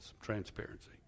transparency